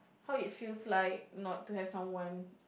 how it feels like not to have someone